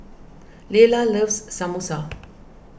Laylah loves Samosa